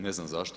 Ne znam zašto.